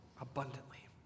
abundantly